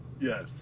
Yes